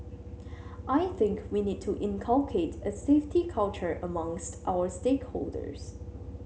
I think we need to inculcate a safety culture amongst our stakeholders